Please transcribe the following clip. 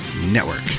network